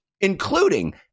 including